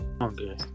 Okay